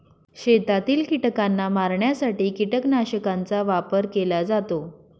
शेतातील कीटकांना मारण्यासाठी कीटकनाशकांचा वापर केला जातो